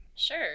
Sure